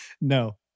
No